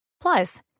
Plus